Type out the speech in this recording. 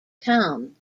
town